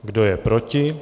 Kdo je proti?